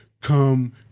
come